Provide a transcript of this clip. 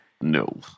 No